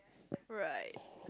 right